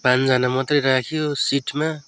पाँचजना मात्रै राख्यो सिटमा